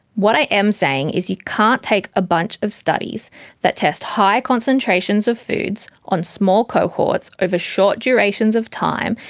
what i am saying, is you can't take a bunch of studies that test high concentrations of foods, on small cohorts, over short durations of time,